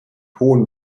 hohen